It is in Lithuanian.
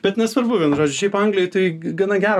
bet nesvarbu žodžiu šiaip anglijoj tai gana geros